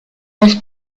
las